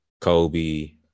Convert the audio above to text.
Kobe